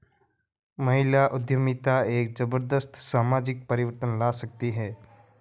महिला उद्यमिता एक जबरदस्त सामाजिक परिवर्तन ला सकती है